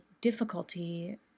difficulty